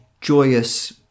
joyous